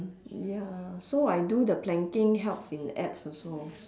ya so I do the planking helps in abs also